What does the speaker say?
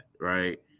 Right